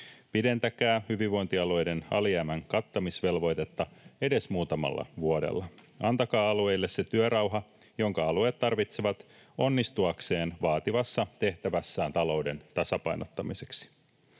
Pidentäkää hyvinvointialueiden alijäämän kattamisvelvoitetta edes muutamalla vuodella. Antakaa alueille se työrauha, jonka alueet tarvitsevat onnistuakseen vaativassa tehtävässään talouden tasapainottamiseksi.